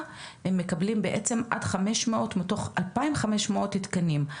הם מקבלים בעצם עד 500 מתוך 2,500 תקנים.